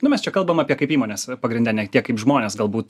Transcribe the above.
nu mes čia kalbam apie kaip įmonės pagrinde ne tiek kaip žmonės galbūt